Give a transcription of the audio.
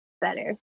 better